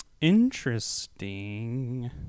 Interesting